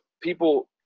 people